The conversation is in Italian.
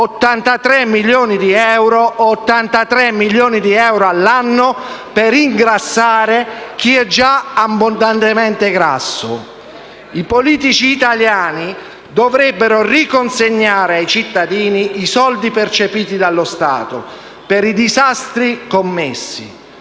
83 milioni di euro all'anno per ingrassare chi è già abbondantemente grasso. I politici italiani dovrebbero riconsegnare ai cittadini i soldi percepiti dallo Stato, per i disastri commessi;